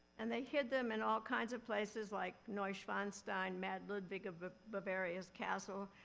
and they hid them in all kinds of places, like neuschwanstein, mad ludwig of of bavaria's castle.